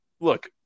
look